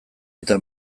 eta